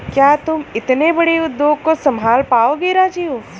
क्या तुम इतने बड़े उद्योग को संभाल पाओगे राजीव?